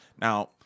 Now